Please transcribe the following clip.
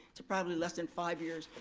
to probably less than five years,